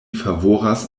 favoras